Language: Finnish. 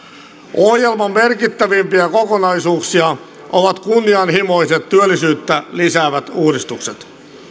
ohjelman merkittävimpiä kokonaisuuksia ovat kunnianhimoiset työllisyyttä lisäävät uudistukset